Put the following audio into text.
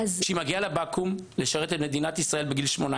כשהיא מגיעה לבקו"ם לשרת את מדינת ישראל בגיל 18